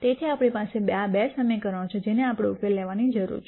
તેથી આપણી પાસે આ બે સમીકરણો છે જેને આપણે ઉકેલી લેવાની જરૂર છે